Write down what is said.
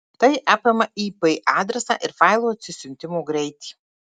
tai apima ip adresą ir failų atsisiuntimo greitį